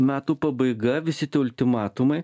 metų pabaiga visi tie ultimatumai